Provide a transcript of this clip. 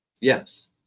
Yes